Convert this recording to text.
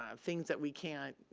um things that we can't,